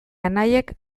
anaiek